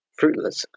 fruitless